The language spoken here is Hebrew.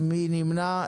מי נמנע?